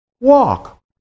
walk